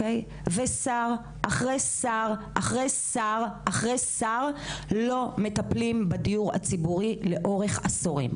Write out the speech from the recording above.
ושר אחרי שר אחרי שר אחרי שר לא מטפלים בדיור הציבורי לאורך עשורים.